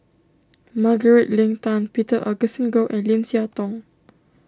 Margaret Leng Tan Peter Augustine Goh and Lim Siah Tong